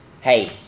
hey